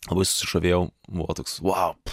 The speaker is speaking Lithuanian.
labai susižavėjau buvo toks vau